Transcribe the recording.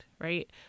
right